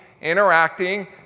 interacting